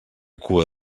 cua